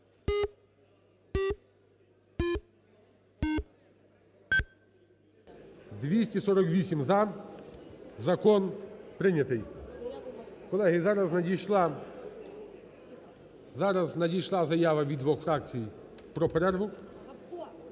За-248 Закон прийнято. Колеги, зараз надійшла заява від двох фракцій про перерву: